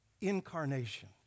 Incarnation